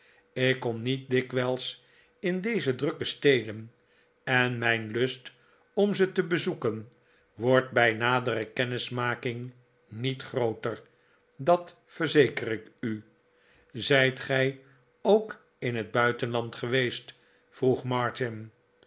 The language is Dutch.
ik kom niet dikwijls in deze drukke steden en mijn lust om ze te bezoeken wordt bij nadere kennismaking niet grooter dat verzeker ik u zijt gij ook in het buitenland geweest vroeg